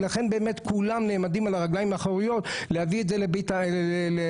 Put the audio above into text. לכן כולם נעמדים על הרגליים האחוריות להביא את זה למיכאל,